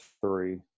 three